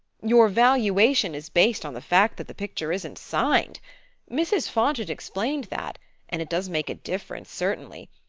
your valuation is based on the fact that the picture isn't signed mrs. fontage explained that and it does make a difference, certainly.